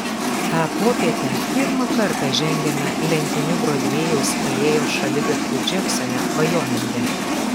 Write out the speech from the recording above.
tą popietę pirmą kartą žengiame lentiniu brodvėjaus alėjos šaligatviu džeksone vajominge